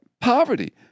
poverty